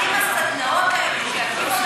האם הסדנאות האלה שיקימו,